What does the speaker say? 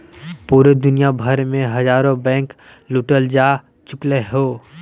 पूरे दुनिया भर मे हजारो बैंके लूटल जा चुकलय हें